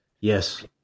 Yes